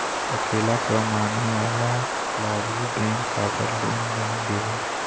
अकेला कमाने वाला ला भी बैंक काबर लोन नहीं देवे?